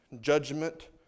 judgment